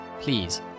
Please